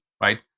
right